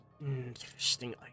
interesting